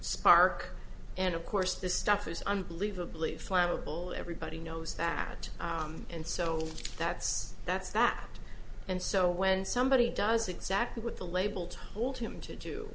spark and of course the stuff is unbelievably flammable everybody knows that and so that's that's that and so when somebody does exactly what the label told him to do